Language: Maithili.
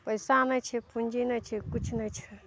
पैसा नहि छै पूँजी नहि छै किछु नहि छै